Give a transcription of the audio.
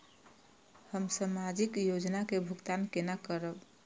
हम सामाजिक योजना के भुगतान केना करब?